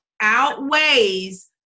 outweighs